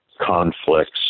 conflicts